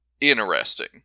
interesting